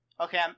Okay